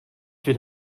will